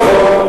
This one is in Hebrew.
זה הכול נכון.